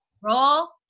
Roll